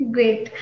Great